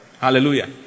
Hallelujah